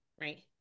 right